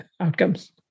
outcomes